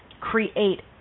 create